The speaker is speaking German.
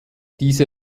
diese